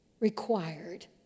required